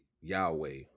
Yahweh